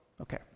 okay